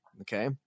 Okay